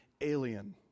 alien